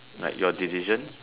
like your decision